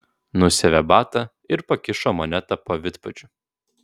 nusiavė batą ir pakišo monetą po vidpadžiu